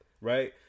right